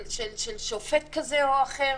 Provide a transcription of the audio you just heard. של שופט כזה או אחר,